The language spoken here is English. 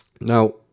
now